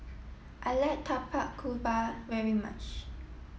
I like Tapak Kuda very much